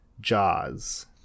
Jaws